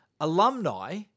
alumni